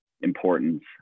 importance